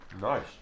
Nice